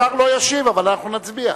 השר לא ישיב, אבל אנחנו נצביע.